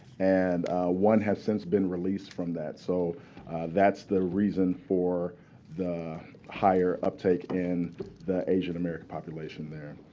and one has since been released from that. so that's the reason for the higher uptake in the asian-american population there.